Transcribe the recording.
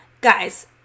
guys